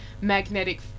magnetic